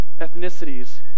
ethnicities